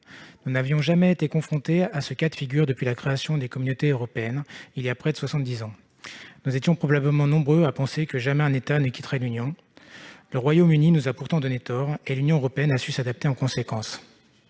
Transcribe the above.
Nous n'avions jamais été confrontés à ce cas de figure depuis la création des communautés européennes, il y a près de soixante-dix ans. Nous étions probablement nombreux à penser que jamais un État ne quitterait l'Union. Le Royaume-Uni nous a pourtant donné tort, et l'Union européenne a su s'adapter en conséquence.